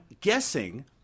guessing